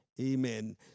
amen